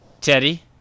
Teddy